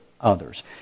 others